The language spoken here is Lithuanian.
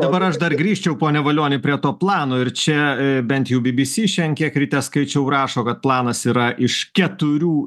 dabar aš dar grįžčiau pone valioni prie to plano ir čia bent jų bbc šian kiek ryte skaičiau rašo kad planas yra iš keturių